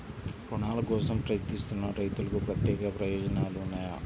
రుణాల కోసం ప్రయత్నిస్తున్న రైతులకు ప్రత్యేక ప్రయోజనాలు ఉన్నాయా?